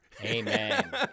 Amen